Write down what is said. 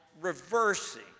reversing